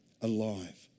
alive